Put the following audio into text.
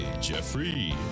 Jeffrey